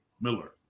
Miller